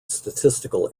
statistical